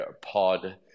pod